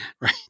Right